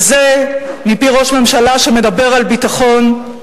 וזה מפי ראש ממשלה שמדבר על ביטחון.